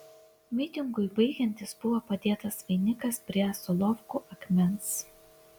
mitingui baigiantis buvo padėtas vainikas prie solovkų akmens